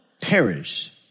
perish